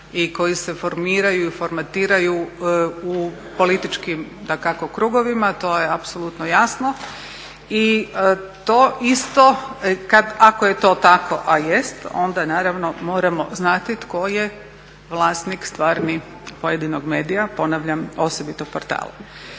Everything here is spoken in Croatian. i koji se formiraju i formatiraju u političkim dakako krugovima. To je apsolutno jasno i to isto ako je to tako, a jest, onda naravno moramo znati tko je vlasnik stvarni pojedinog medij, ponavljam osobito portala.